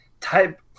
type